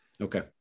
Okay